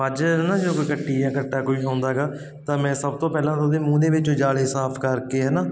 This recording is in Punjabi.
ਮੱਝ ਨੂੰ ਨਾ ਜਦੋਂ ਕੋਈ ਕੱਟੀ ਜਾਂ ਕੱਟਾ ਕੋਈ ਹੁੰਦਾ ਗਾ ਤਾਂ ਮੈਂ ਸਭ ਤੋਂ ਪਹਿਲਾਂ ਤਾਂ ਉਹਦੇ ਮੂੰਹ ਦੇ ਵਿੱਚ ਜਾਲੇ ਸਾਫ ਕਰਕੇ ਹੈ ਨਾ